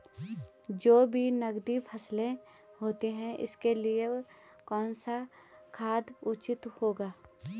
जो भी नकदी फसलें होती हैं उनके लिए कौन सा खाद उचित होगा?